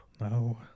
No